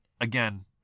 again